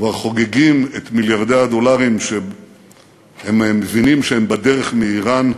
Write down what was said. כבר חוגגים את מיליארדי הדולרים שהם מבינים שהם בדרך מאיראן,